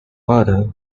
father